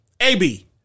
AB